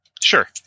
Sure